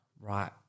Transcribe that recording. right